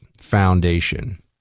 Foundation